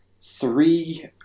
three